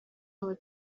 wabo